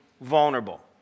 vulnerable